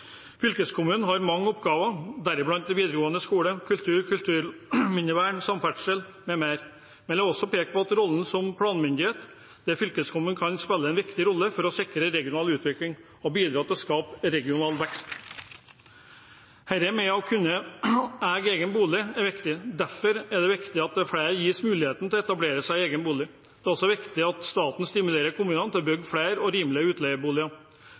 Fylkeskommunen har mange oppgaver, deriblant videregående skole, kultur, kulturminnevern, samferdsel m.m., men jeg vil også peke på rollen som planmyndighet, der fylkeskommunen kan spille en viktig rolle for å sikre regional utvikling og bidra til å skape regional vekst. Det å kunne eie egen bolig er viktig. Derfor er det viktig at flere gis muligheten til å etablere seg i egen bolig. Det er også viktig at staten stimulerer kommunene til å bygge flere og rimelige utleieboliger.